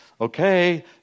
okay